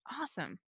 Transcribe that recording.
awesome